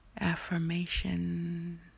affirmation